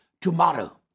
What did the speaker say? tomorrow